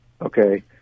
Okay